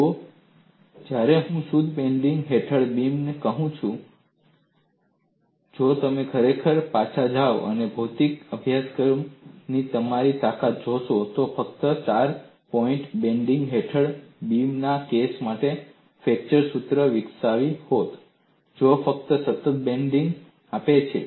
જુઓ જ્યારે હું શુદ્ધ બેન્ડિંગ હેઠળ બીમ કહું છું જો તમે ખરેખર પાછા જાવ અને ભૌતિક અભ્યાસક્રમની તમારી તાકાત જોશો તો તમે ફક્ત ચાર પોઇન્ટ બેન્ડિંગ હેઠળના બીમના કેસ માટે ફ્લેક્ચર સૂત્ર વિકસાવી હોત જે ફક્ત સતત બેન્ડિંગ મોમેન્ટ આપે છે